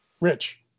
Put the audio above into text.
Rich